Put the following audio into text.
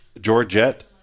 Georgette